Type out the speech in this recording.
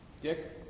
Dick